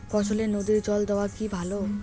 ফসলে নদীর জল দেওয়া কি ভাল?